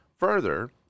Further